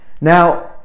Now